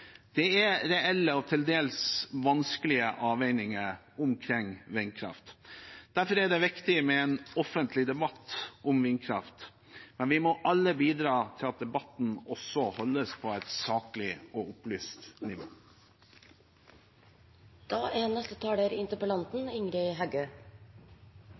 Det er reelle og til dels vanskelige avveininger omkring vindkraft. Derfor er det viktig med en offentlig debatt om vindkraft, men vi må alle bidra til at debatten holdes på et saklig og opplyst